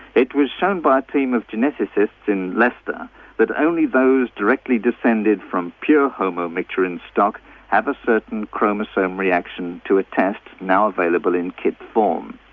it was shown by a team of geneticists in leicester that only those directly descended from pure homo micturans stock have a certain chromosome reaction to a test now available in kit form.